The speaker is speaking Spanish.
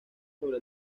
sobre